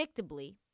Predictably